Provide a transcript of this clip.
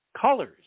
colors